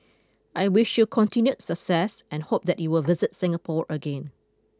I wish you continued success and hope that you will visit Singapore again